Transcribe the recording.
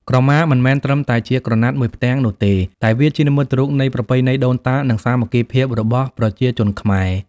ក្រមា មិនមែនត្រឹមតែជាក្រណាត់មួយផ្ទាំងនោះទេ តែវាជានិមិត្តរូបនៃប្រពៃណីដូនតា និងសាមគ្គីភាពរបស់ប្រជាជនខ្មែរ។